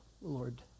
Lord